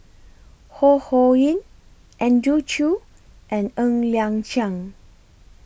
Ho Ho Ying Andrew Chew and Ng Liang Chiang